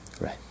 Right